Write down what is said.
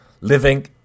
living